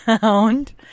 found